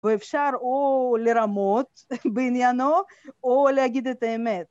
ואפשר או לרמות בעניינו, או להגיד את האמת